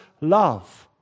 love